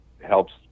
helps